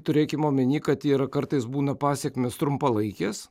turėkim omeny kad ir kartais būna pasekmės trumpalaikės